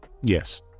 Yes